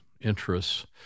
interests